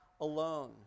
alone